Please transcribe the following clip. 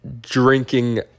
Drinking